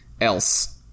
else